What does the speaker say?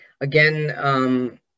Again